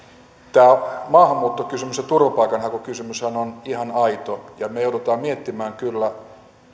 tämä maahanmuuttokysymys ja turvapaikanhakukysymyshän ovat ihan aitoja ja me joudumme miettimään kyllä